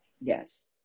Yes